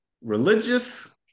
religious